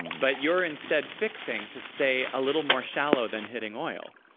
but you're instead fixing to stay a little more shallow than hitting oil.